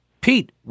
Pete